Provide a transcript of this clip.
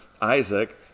Isaac